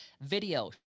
Video